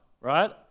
right